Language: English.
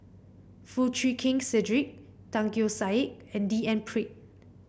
Foo Chee Keng Cedric Tan Keong Saik and D N Pritt